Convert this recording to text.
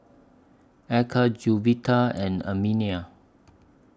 Eka Juwita and anemia